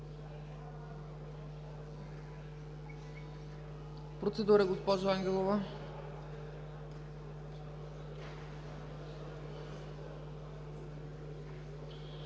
Процедура – госпожа Ангелова.